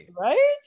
Right